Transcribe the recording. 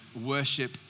worship